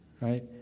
right